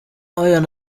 ian